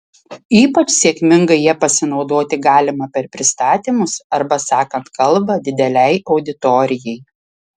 ypač sėkmingai ja pasinaudoti galima per pristatymus arba sakant kalbą didelei auditorijai